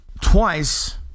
Twice